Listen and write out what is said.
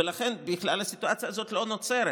ולכן בכלל הסיטואציה הזאת לא נוצרת.